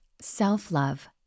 Self-love